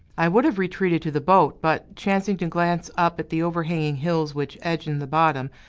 i would have retreated to the boat, but, chancing to glance up at the overhanging hills which edge in the bottom,